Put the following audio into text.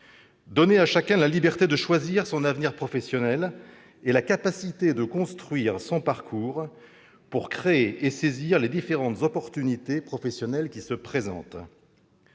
donner à chacun la liberté de choisir son avenir professionnel et la capacité de construire son parcours, pour créer et saisir les différentes opportunités professionnelles qui se présentent